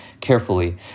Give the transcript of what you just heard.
carefully